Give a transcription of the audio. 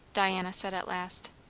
diana said at last.